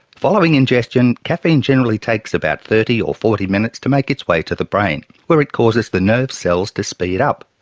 following ingestion, caffeine generally takes about thirty or forty minutes to make its way to the brain, where it causes the nerve cells to speed up,